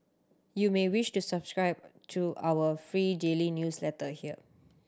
you may wish to subscribe to our free daily newsletter here